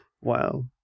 Wow